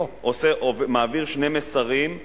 חוק הווד"לים מעביר שני מסרים,